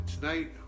tonight